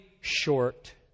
short